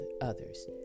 others